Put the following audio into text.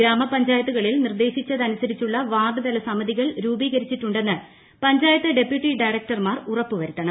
ഗ്രാമപഞ്ചായത്തുകളിൽ നിർദ്ദേശിച്ചതനുസരിച്ചുള്ള വാർഡ്തല സമിതികൾ രൂപീകരിച്ചിട്ടുണ്ടെന്ന് പഞ്ചായത്ത് ഡെപ്യൂട്ടി ഡയറക്ടർമാർ ഉറപ്പുവരുത്തണം